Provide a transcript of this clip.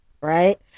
right